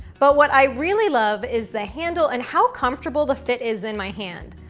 but what i really love is the handle, and how comfortable the fit is in my hand,